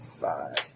five